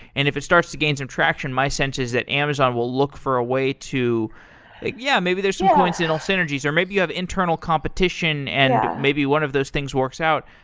and if it starts to gain some traction, my sense is that amazon will look for a way to yeah, maybe there are some coincidental synergies, or maybe you have internal competition and maybe one of those things works out.